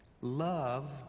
Love